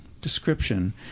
description